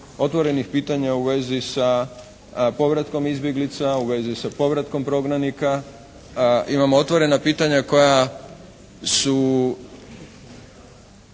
otvorenih pitanja u vezi sa povratkom izbjeglica, u vezi sa povratkom prognanika. Imamo otvorena pitanja koja su